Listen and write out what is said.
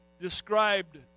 described